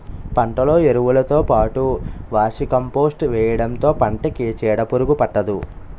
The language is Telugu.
పంటలో ఎరువులుతో పాటు వర్మీకంపోస్ట్ వేయడంతో పంటకి చీడపురుగు పట్టదు